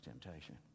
temptation